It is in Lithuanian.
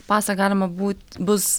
pasą galima būt bus